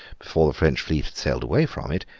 before the french fleet had sailed away from it,